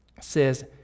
says